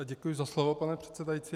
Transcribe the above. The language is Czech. Děkuji za slovo, pane předsedající.